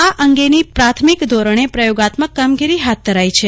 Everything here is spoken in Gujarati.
આ અગેની પ્રાથમિક ધોરણે પ્રયોગાત્મક કામગીરી હાથ ધરાઈ છે